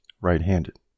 right-handed